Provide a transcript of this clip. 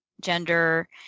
gender